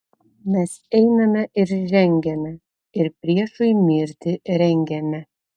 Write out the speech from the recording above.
mes einame ir žengiame ir priešui mirtį rengiame